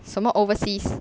什么 overseas